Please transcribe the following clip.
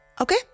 Okay